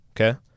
Okay